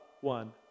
one